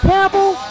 Campbell